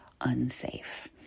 unsafe